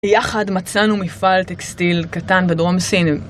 יחד מצאנו מפעל טקסטיל קטן בדרום סינם.